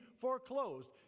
foreclosed